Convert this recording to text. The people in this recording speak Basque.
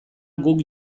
guk